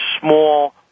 small